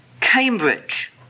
Cambridge